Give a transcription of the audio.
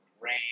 rain